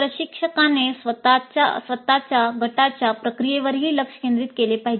प्रशिक्षकाने स्वतः गटाच्या प्रक्रियेवरही लक्ष केंद्रित केले पाहिजे